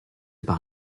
par